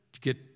get